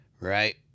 right